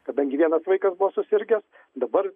kadangi vienas vaikas buvo susirgęs dabar